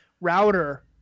router